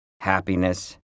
happiness